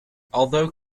although